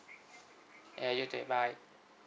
ya you too bye